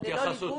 ללא ליווי.